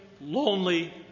lonely